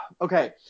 Okay